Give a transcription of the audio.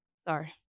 Sorry